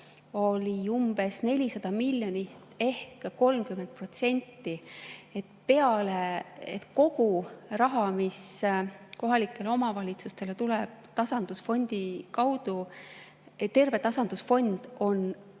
oli umbes 400 miljonit ehk 30% kandis. Kogu raha, mis kohalikele omavalitsustele tuleb tasandusfondi kaudu – terve tasandusfond on